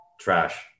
trash